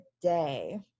today